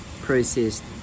processed